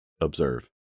Observe